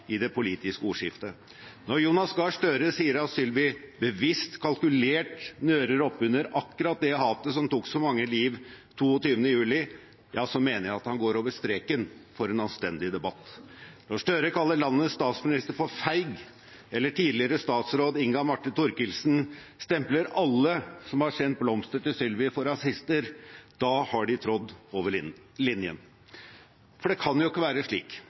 i det politiske ordskiftet. Når Jonas Gahr Støre sier at Sylvi bevisst, kalkulert, nører oppunder akkurat det hatet som tok så mange liv 22. juli, mener jeg han går over streken for en anstendig debatt. Når Støre kaller landets statsminister for feig, eller tidligere statsråd Inga Marte Thorkildsen stempler alle som har sendt blomster til Sylvi, for rasister, da har de trådt over linjen. For det kan ikke være slik